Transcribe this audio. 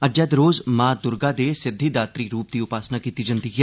अज्जै दे रोज मां दुर्गा दे सिद्धिदात्री रूप दी उपासना कीती जंदी ऐ